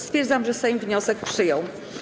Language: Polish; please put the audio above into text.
Stwierdzam, że Sejm wniosek przyjął.